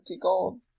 gold